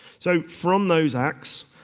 so, from those acts,